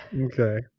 Okay